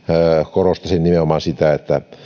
korosti nimenomaan sitä että